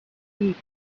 heaps